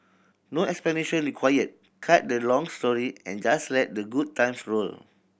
no explanation required cut the long story and just let the good times roll